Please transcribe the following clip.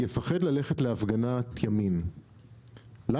יפחד ללכת להפגנת ימין למה?